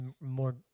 more